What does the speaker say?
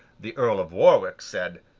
the earl of warwick said,